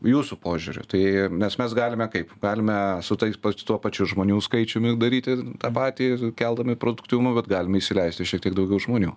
jūsų požiūriu tai nes mes galime kaip galime su tais pat tuo pačiu žmonių skaičiumi daryti tą patį sukeldami produktyvumą bet galime įsileisti šiek tiek daugiau žmonių